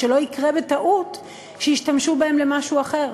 שלא יקרה בטעות שישתמשו בהם למשהו אחר.